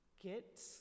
get